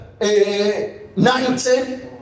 19